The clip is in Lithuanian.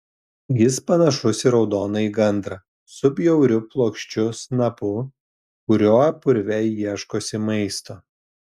jis panašus į raudonąjį gandrą su bjauriu plokščiu snapu kuriuo purve ieškosi maisto